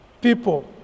people